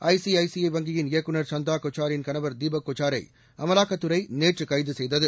ICICI வங்கியின் இயக்குநர் சந்தா கொச்சாரின் கணவர் தீபக் கொச்சாரை அமலாக்கத் துறை நேற்று கைது செய்தது